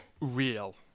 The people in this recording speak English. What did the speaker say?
real